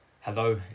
hello